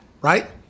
right